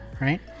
right